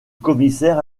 commissaire